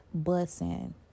bussing